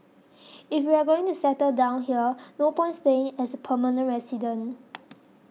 if we are going to settle down here no point staying as a permanent resident